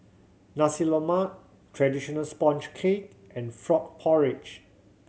Nasi Lemak traditional sponge cake and frog porridge